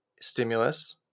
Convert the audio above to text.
stimulus